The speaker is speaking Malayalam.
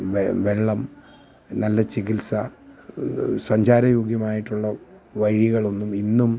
വെള്ളം നല്ല ചികിത്സ സഞ്ചാര യോഗ്യമായിട്ടുള്ള വഴികളൊന്നും ഇന്നും